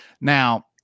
now